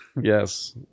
yes